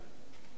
בבקשה.